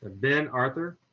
ben arthur.